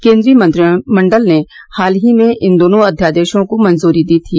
केन्द्रीय मंत्रिमंडल ने हाल में इन दोनों अध्यादेशों को मंजूरी दी थी